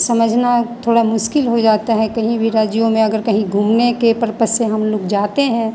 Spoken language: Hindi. समझना थोड़ा मुश्किल हो जाता है कहीं भी राज्यों में अगर कहीं घूमने के पर्पज से हम लोग जाते हैं